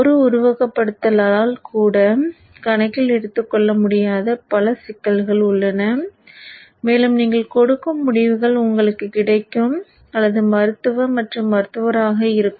ஒரு உருவகப்படுத்துதலால் கூட கணக்கில் எடுத்துக்கொள்ள முடியாத பல சிக்கல்கள் உள்ளன மேலும் நீங்கள் கொடுக்கும் முடிவுகள் உங்களுக்கு கிடைக்கும் அல்லது மருத்துவ மற்றும் மருத்துவராக இருக்கும்